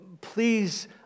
please